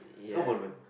come on man